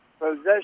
Possession